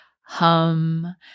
hum